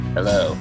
Hello